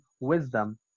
wisdom